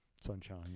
sunshine